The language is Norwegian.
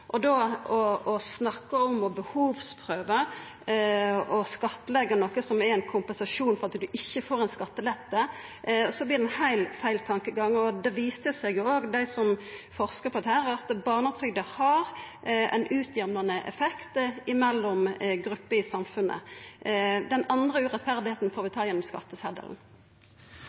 barnetrygd. Da å snakka om å behovsprøva og skattleggja noko som er ein kompensasjon for at dei ikkje får skattelette, er ein heilt feil tankegang, og det viser seg òg at barnetrygda, ifølgje dei som forskar på dette, har ein utjamnande effekt mellom grupper i samfunnet. Den andre urettferdigheita får vi